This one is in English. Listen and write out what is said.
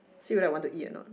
see whether I want to eat or not